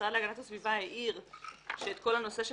המשרד להגנת הסביבה העיר שכל הנושא של